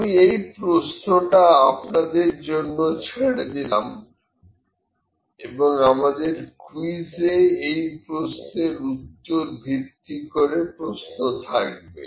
আমি এই প্রশ্নটা আপনাদের জন্য ছেড়ে দিলাম এবং আমাদের কুইজে এই প্রশ্নের উপর ভিত্তি করে প্রশ্ন থাকবে